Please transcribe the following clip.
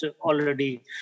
already